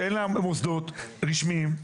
שאין לה מוסדות רשמיים.